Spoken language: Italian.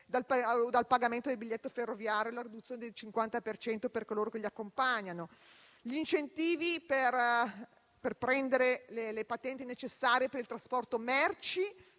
dal pagamento del biglietto ferroviario e la riduzione del 50 per cento per coloro che li accompagnano. Penso ancora agli incentivi per prendere le patenti necessarie per il trasporto merci,